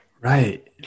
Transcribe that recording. Right